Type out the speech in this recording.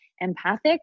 empathic